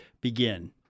begin